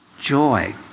Joy